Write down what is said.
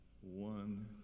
one